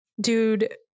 dude